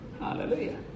Hallelujah